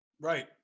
Right